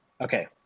okay